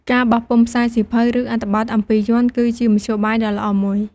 ការបោះពុម្ពផ្សាយសៀវភៅ ឬអត្ថបទអំពីយ័ន្ត គឺជាមធ្យោបាយដ៏ល្អមួយ។